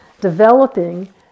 developing